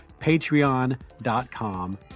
patreon.com